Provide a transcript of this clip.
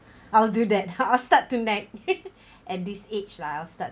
I'll do that I'll start to nag at this age lah I'll start